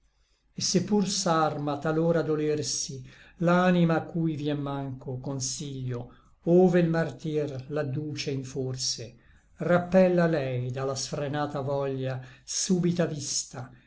se pur s'arma talor a dolersi l'anima a cui vien mancho consiglio ove l martir l'adduce in forse rappella lei da la sfrenata voglia súbita vista